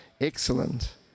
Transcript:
excellent